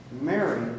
Mary